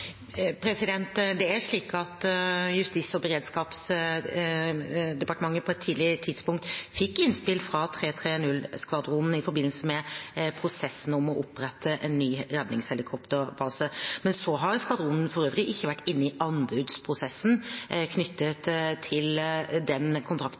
Justis- og beredskapsdepartementet fikk på et tidlig tidspunkt innspill fra 330-skvadronen i forbindelse med prosessen om å opprette en ny redningshelikopterbase, men så har skvadronen for øvrig ikke vært inne i anbudsprosessen knyttet til den kontrakten